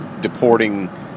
deporting